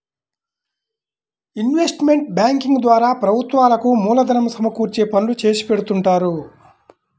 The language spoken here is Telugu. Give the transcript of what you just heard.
ఇన్వెస్ట్మెంట్ బ్యేంకింగ్ ద్వారా ప్రభుత్వాలకు మూలధనం సమకూర్చే పనులు చేసిపెడుతుంటారు